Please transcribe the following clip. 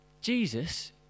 Jesus